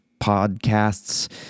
podcasts